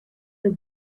the